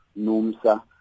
NUMSA